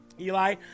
Eli